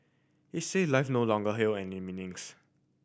he said life no longer held any meanings